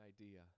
idea